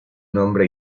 nombre